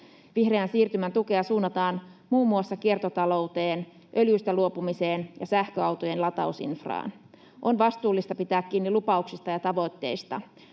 Vihreän siirtymän tukea suunnataan muun muassa kiertotalouteen, öljystä luopumiseen ja sähköautojen latausinfraan. On vastuullista pitää kiinni lupauksista ja tavoitteista.